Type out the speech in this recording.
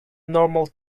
normal